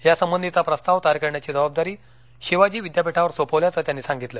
यासंबंधीचा प्रस्ताव तयार करण्याची जबाबदारी शिवाजी विद्यापीठावर सोपवल्याचं त्यांनी सांगितलं